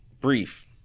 brief